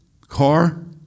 car